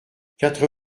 quatre